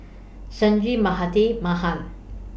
Sanjeev Mahatma Mahan